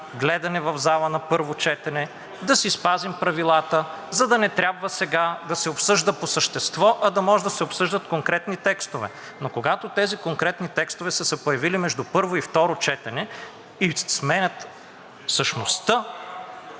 гледане в залата на първо четене, да си спазим правилата, за да не трябва сега да се обсъжда по същество, а да може да се обсъждат конкретни текстове. Но когато тези конкретни текстове са се появили между първо и второ четене и сменят същността